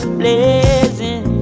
blazing